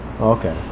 okay